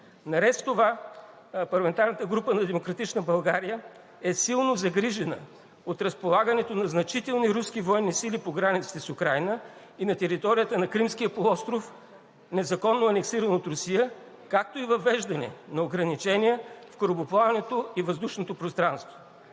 Наред с това парламентарната група на „Демократична България“ е силно загрижена от разполагането на значителни руски военни сили по границите с Украйна и на територията на Кримския полуостров, незаконно анексиран от Русия, както и въвеждане на ограничения в корабоплаването и въздушното пространство.